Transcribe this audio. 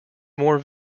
more